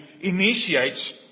initiates